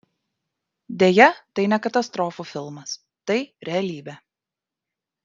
deja tai ne katastrofų filmas tai realybė